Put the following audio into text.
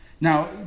Now